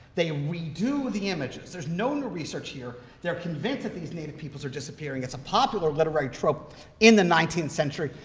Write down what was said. they redo the images. there's no new research here. they're convinced that these native peoples are disappearing. it's a popular literary trope in the nineteenth century,